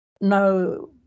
no